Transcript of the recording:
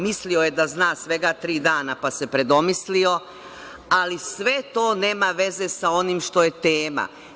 Mislio je da zna svega tri dana, pa se predomislio, ali sve to nema veze sa onim što je tema.